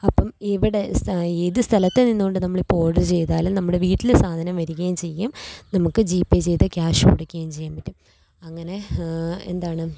അപ്പോള് ഇവിടെ ഏത് സ്ഥലത്തുനിന്നുകൊണ്ട് നമ്മളിപ്പോള് ഓർഡർ ചെയ്താലും നമ്മുടെ വീട്ടില് സാധനം വരികയും ചെയ്യും നമുക്ക് ജി പേ ചെയ്ത് ക്യാഷ് കൊടുക്കുകയും ചെയ്യാൻ പറ്റും അങ്ങനെ എന്താണ്